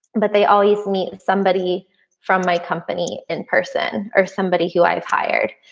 but they always meet somebody from my company in person or somebody who i've hired.